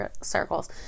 circles